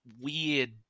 weird